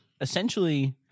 essentially